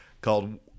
called